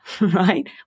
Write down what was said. right